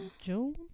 June